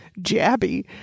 jabby